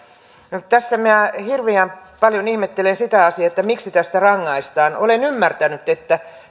niin tässä minä hirveän paljon ihmettelen sitä asiaa että miksi tästä rangaistaan olen ymmärtänyt että